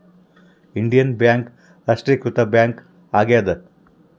Indian bank ರಾಷ್ಟ್ರೀಕೃತ bank ಆಗ್ಯಾದ